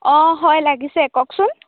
অঁ হয় লাগিছে কওকচোন